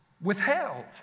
withheld